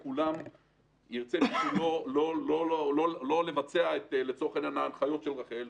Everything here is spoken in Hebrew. אם מישהו רוצה לא לבצע את ההנחיות של רח"ל,